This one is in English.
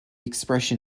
expression